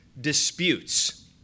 disputes